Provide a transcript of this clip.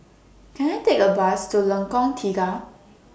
Can I Take A Bus to Lengkong Tiga